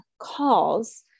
calls